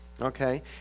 Okay